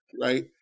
right